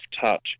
touch